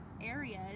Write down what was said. areas